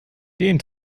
den